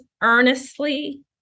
earnestly